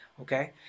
Okay